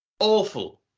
Awful